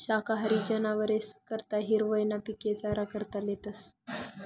शाकाहारी जनावरेस करता हिरवय ना पिके चारा करता लेतस